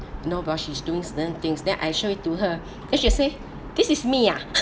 you know while she is doing certain things then I show it to her then she say this is me ah